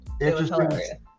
Interesting